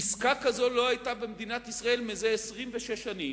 עסקה כזאת לא היתה במדינת ישראל זה 26 שנים.